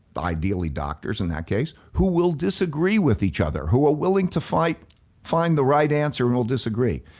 ideally doctors in that case who will disagree with each other, who are willing to find find the right answer and will disagree.